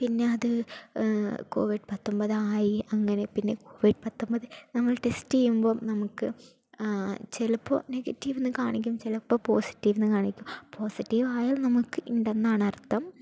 പിന്നെ അത് കോവിഡ് പത്തൊമ്പതായി അങ്ങനെ പിന്നെ കോവിഡ് പത്തൊമ്പത് നമ്മൾ ടെസ്റ്റ് ചെയ്യുമ്പോൾ നമുക്ക് ചിലപ്പോൾ നെഗറ്റീവെന്ന് കാണിക്കും ചിലപ്പോൾ പോസിറ്റീവെന്ന് കാണിക്കും പോസിറ്റീവായാൽ നമുക്ക് ഉണ്ടെന്നാണർത്ഥം